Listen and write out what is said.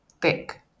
thick